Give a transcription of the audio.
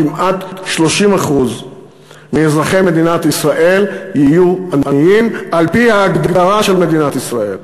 כמעט 30% מאזרחי מדינת ישראל יהיו עניים על-פי ההגדרה של מדינת ישראל.